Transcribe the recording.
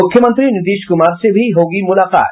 मुख्यमंत्री नीतीश कुमार से भी होगी मुलाकात